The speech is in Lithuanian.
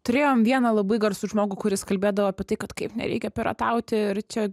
turėjom vieną labai garsų žmogų kuris kalbėdavo apie tai kad kaip nereikia piratauti ir čia